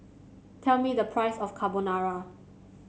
tell me the price of Carbonara